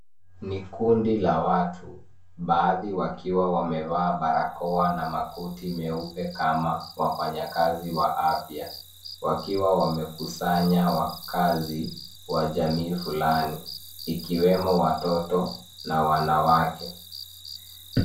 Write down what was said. Ni kundi la watu wakiwa wamevaa barakoa na makoti meupe kama wafanyakazi wa afya wakiwa wamekusanya wakazi wa jamii fulani ikiwemo watoto na wanawake.